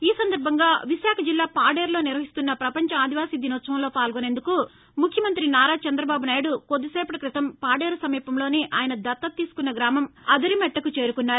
ఈ సందర్బంగా విశాఖజిల్లా పాడేరులో నిర్వహిస్తున్న పపంచ ఆదివాసీ దినోత్సవంలో పాల్గొనేందుకు ముఖ్యమంత్రి నారా చంద్రబాబు నాయుడు కొద్ది సేపటి క్రితం పాడేరు సమీపంలోని ఆయన దత్తత తీసుకున్న గ్రామం అదరిమెట్టకు చేరుకున్నారు